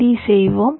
D செய்வோம்